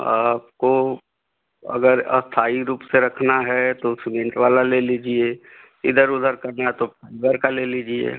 आपको अगर स्थायी रूप से रखना है तो सीमेंट वाला ले लीजिए इधर उधर करना है तो फाइबर का ले लीजिए